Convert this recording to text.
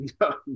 no